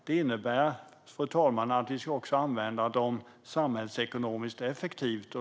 Det innebär, fru talman, att vi också ska använda dem samhällsekonomiskt effektivt.